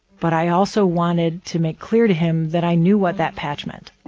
but i also wanted to make clear to him that i knew what that patch meant